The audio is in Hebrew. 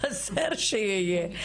חסר שיהיה.